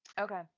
Okay